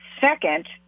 Second